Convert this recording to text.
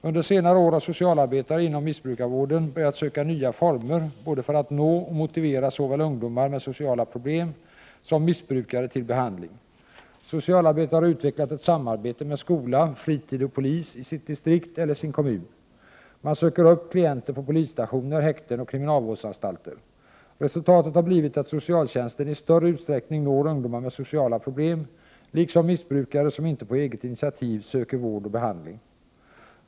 Under senare år har socialarbetare inom missbrukarvården börjat söka nya former för att nå och motivera såväl ungdomar med sociala problem som missbrukare till behandling. Socialarbetare har utvecklat ett samarbete med skola, fritidsverksamhet och polis i sitt distrikt eller sin kommun. Man söker upp klienter på polisstationer, häkten och kriminalvårdsanstalter. Resultatet har blivit att socialtjänsten i större utsträckning når ungdomar med sociala problem, liksom missbrukare som inte på eget initiativ söker vård och behandling.